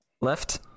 left